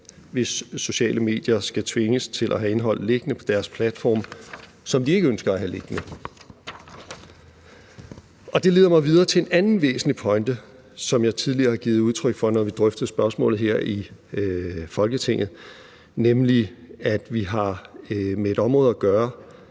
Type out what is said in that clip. hvis sociale medier skal tvinges til at have indhold liggende på deres platforme, som de ikke ønsker at have liggende. Og det leder mig videre til en anden væsentlig pointe, som jeg tidligere har givet udtryk for, når vi drøfter spørgsmålet her i Folketinget, nemlig at vi har med et område at gøre,